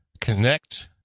connect